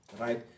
right